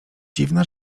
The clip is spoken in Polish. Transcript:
dziwna